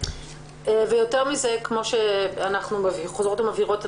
אנחנו חוזרות ומבהירות.